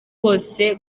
bose